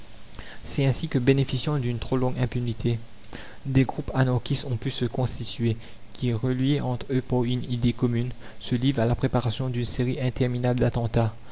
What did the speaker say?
c'est ainsi que bénéficiant d'une trop longue impunité des groupes anarchistes ont pu se constituer qui reliés entre eux par une idée commune se livrent à la préparation d'une série interminable d'attentats